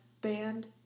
band